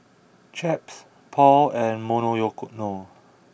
Chaps Paul and Monoyono